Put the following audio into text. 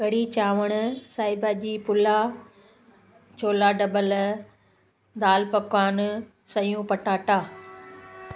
कढ़ी चांवर साई भाॼी पुलाउ छोला ढॿल दालि पकवान सयूं पटाटा